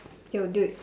yo dude